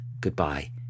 Goodbye